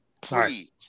please